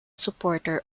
supporter